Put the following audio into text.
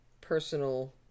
personal